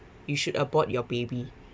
you should abort your baby